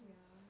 ya